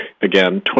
again